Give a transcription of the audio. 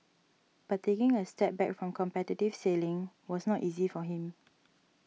but in a step back from competitive sailing was not easy for him